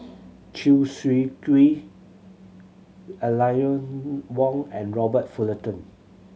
Chew Swee Kee Eleanor Wong and Robert Fullerton